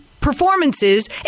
performances